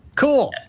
cool